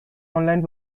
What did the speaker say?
online